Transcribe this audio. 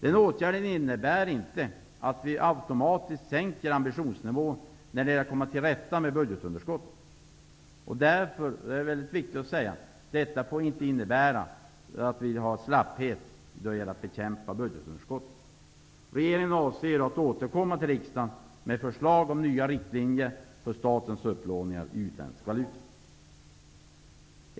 Den åtgärden innebär inte att vi automatiskt sänker ambitionsnivån när det gäller att komma till rätta med budgetunderskottet. Detta får alltså inte - det är viktigt att säga - innebära slapphet när det gäller att bekämpa budgetunderskottet. Regeringen avser att återkomma till riksdagen med förslag om nya riktlinjer för statens upplåning i utländsk valuta.